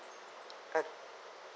but